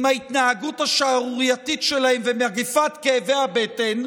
עם ההתנהגות השערורייתית שלהם ועם מגפת כאבי הבטן,